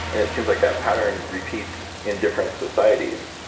and it seems like that pattern repeats in different societies,